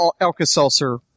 Alka-Seltzer